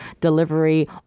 delivery